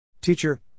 Teacher